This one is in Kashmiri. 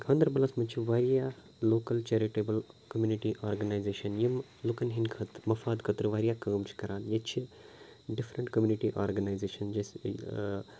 گانٛدربَلَس منٛز چھِ واریاہ لوکَل چیرِٹیبل کمیوٗنِٹی آرگَنایزیشن یِم لُکَن ہِنٛدۍ مُفاد خٲطرٕ واریاہ کٲم چھِ کَران ییٚتہِ چھِ ڈِفرنٛٹ کمیوٗنِٹی آرگنایزیشن جیسے